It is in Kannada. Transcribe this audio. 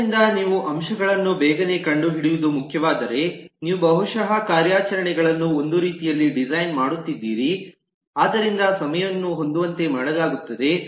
ಆದ್ದರಿಂದ ನೀವು ಅಂಶಗಳನ್ನು ಬೇಗನೆ ಕಂಡುಹಿಡಿಯುವುದು ಮುಖ್ಯವಾದರೆ ನೀವು ಬಹುಶಃ ಕಾರ್ಯಾಚರಣೆಗಳನ್ನು ಒಂದು ರೀತಿಯಲ್ಲಿ ಡಿಸೈನ್ ಮಾಡುತ್ತಿದ್ದೀರಿ ಆದ್ದರಿಂದ ಸಮಯವನ್ನು ಹೊಂದುವಂತೆ ಮಾಡಲಾಗುತ್ತದೆ